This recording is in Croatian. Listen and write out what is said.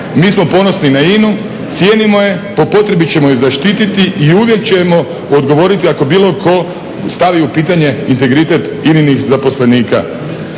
mi smo ponosni na INA-u, cijenimo je, po potrebi ćemo je zaštiti i uvijek ćemo odgovoriti ako bilo ko stavi u pitanje integritet INA-nih zaposlenika.